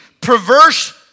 perverse